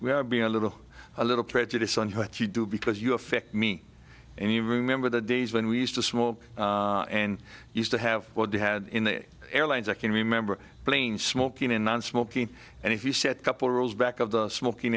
we have been a little a little prejudice on what you do because you affect me any remember the days when we used to smoke and used to have what they had in the airlines i can remember playing smoking and nonsmoking and if you said couple rules back of the smoking